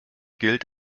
gilt